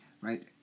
right